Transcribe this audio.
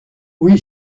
oui